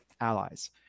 allies